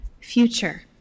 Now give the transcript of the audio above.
future